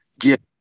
get